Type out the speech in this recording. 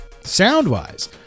Sound-wise